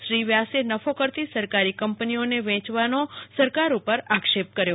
શ્રી વ્યાસે નફો કરતી સરકારી કંપનીઓને વેચવાનો સરકાર ઉપર આક્ષેપ કર્યો